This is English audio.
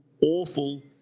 awful